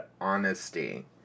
honesty